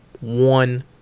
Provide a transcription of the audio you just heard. one